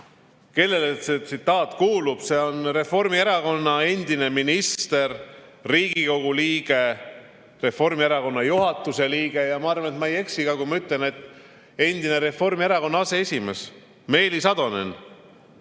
Kellele see tsitaat kuulub? See on Reformierakonna endine minister, Riigikogu liige, Reformierakonna juhatuse liige ja ma arvan, et ma ei eksi, kui ma ütlen, et endine Reformierakonna aseesimees Meelis Atonen.